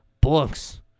books